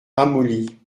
ramolli